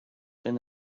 been